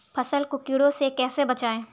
फसल को कीड़ों से कैसे बचाएँ?